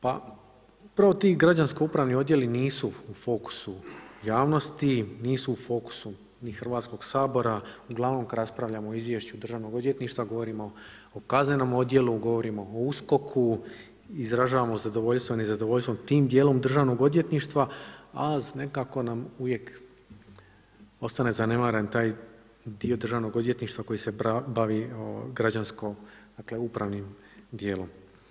Pa upravo ti građansko-upravni odjeli nisu u fokusu javnosti, nisu u fokusu ni Hrvatskog sabora uglavnom kad raspravljamo o izvješću Državnog odvjetništva, govorimo o kaznenom odjelu, govorimo o USKOK-u, izražavamo zadovoljstvo, nezadovoljstvo tim djelom Državnog odvjetništva a nekako nam uvijek ostane zanemaren dio Državnog odvjetništva koji se bavi građansko-upravnim djelom.